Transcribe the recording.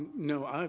no,